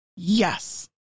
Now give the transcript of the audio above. Yes